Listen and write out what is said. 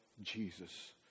Jesus